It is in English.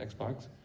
Xbox